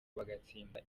bagatsinda